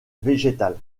végétal